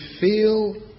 feel